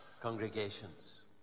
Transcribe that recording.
congregations